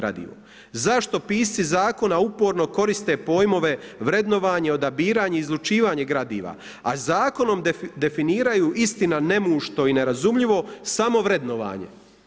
Zašto pisci Zakona uporno koriste pojmove vrednovanje, odabiranje, izlučivanje gradiva, a Zakonom definiraju, istina nemušto i nerazumljivo samo vrednovanje.